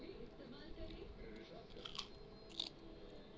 लोहा के हंसिआ फर्सा कुदार कुल बनावल जाला